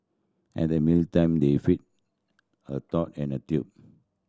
at the meal time they fed her through and a tube